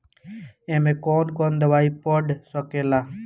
ए में कौन कौन दवाई पढ़ सके ला?